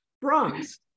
Bronx